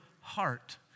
heart